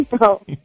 No